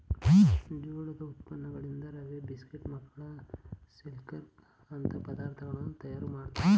ಜೋಳದ ಉತ್ಪನ್ನಗಳಿಂದ ರವೆ, ಬಿಸ್ಕೆಟ್, ಮಕ್ಕಳ ಸಿರ್ಲಕ್ ಅಂತ ಪದಾರ್ಥಗಳನ್ನು ತಯಾರು ಮಾಡ್ತರೆ